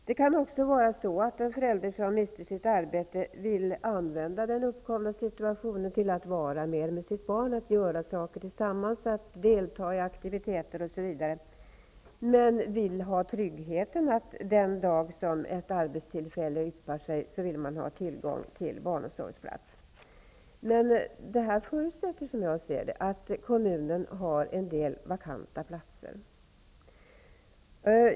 Det kan också vara så att en förälder som mister sitt arbete vill avända den uppkomna situationen till att vara mer med sitt barn, göra saker tillsammans, delta i aktiviteter, osv., men vill ha tryggheten att ha tillgång till barnomsorgsplats den dag ett arbetstillfälle yppar sig. Detta förutsätter, som jag ser det, att kommunen har en del vakanta platser.